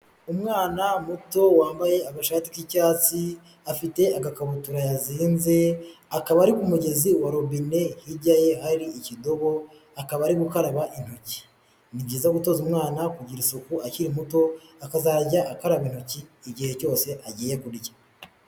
Umwana muto wambaye amashati y'icyatsi, afite agakabutura yazinze, akaba ari ku mugezi wa robine, hirya ye ari ikidobo, akaba ari gukaraba intoki. Ni byiza gutoza umwana kugira isuku akiri muto, akazajya akaba intoki igihe cyose agiye kurya.